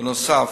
בנוסף,